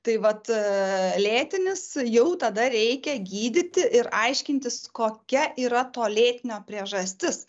tai vat lėtinis jau tada reikia gydyti ir aiškintis kokia yra to lėtinio priežastis